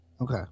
Okay